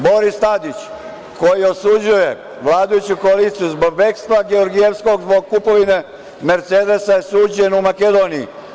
Boris Tadić koji osuđuje vladajuću koaliciju zbog bekstva Georgijevskog zbog kupovine mercedesa je suđen u Makedoniji.